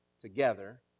Together